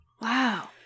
Wow